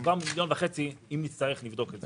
גם ב-1.5 מיליון שקל אם נצטרך נבדוק את זה.